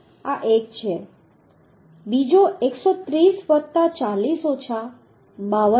આ એક છે બીજો 130 વત્તા 40 ઓછા 52